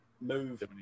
move